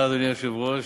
אדוני היושב-ראש,